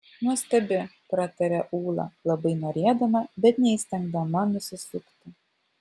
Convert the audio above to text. nuostabi prataria ūla labai norėdama bet neįstengdama nusisukti